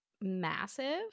massive